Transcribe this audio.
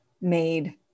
made